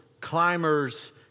climber's